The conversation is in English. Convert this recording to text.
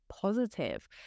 positive